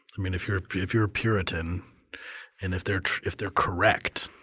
i mean if you're if you're a puritan and if they're if they're correct,